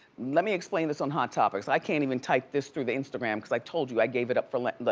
let me explain this on hot topics. i can't even type this through the instagram cause i like told you i gave it up for lent. and